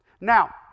Now